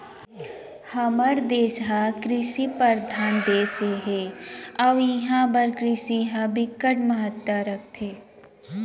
हमर देस ह कृषि परधान देस हे अउ इहां बर कृषि ह बिकट महत्ता राखथे